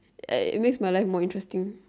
uh it makes my life more interesting